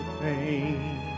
pain